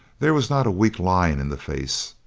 there was not a weak line in the face.